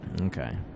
Okay